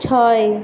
ছয়